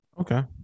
okay